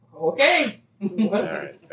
Okay